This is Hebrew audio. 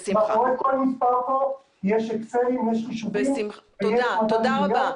מאחורי כל מספר כאן יש אקסלים ויש חישובים ויש מדע מדויק.